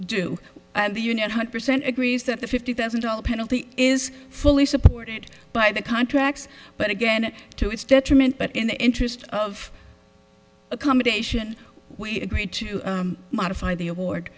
e and the union hundred percent agrees that the fifty thousand dollars penalty is fully supported by the contracts but again to its detriment but in the interest of accommodation we agreed to modify the award